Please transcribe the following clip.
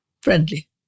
friendly